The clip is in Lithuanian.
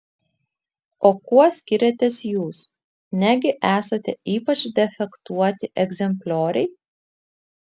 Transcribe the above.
o kuo skiriatės jūs negi esate ypač defektuoti egzemplioriai